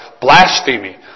blasphemy